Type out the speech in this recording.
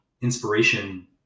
inspiration